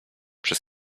przez